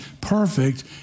perfect